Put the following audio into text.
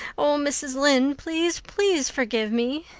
oh, mrs. lynde, please, please, forgive me.